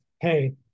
hey